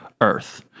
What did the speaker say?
earth